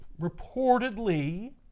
reportedly